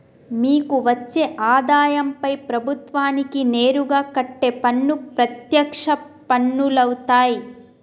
మీకు వచ్చే ఆదాయంపై ప్రభుత్వానికి నేరుగా కట్టే పన్ను ప్రత్యక్ష పన్నులవుతాయ్